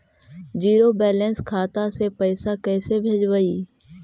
Zero balance खाता से पैसा कैसे भेजबइ?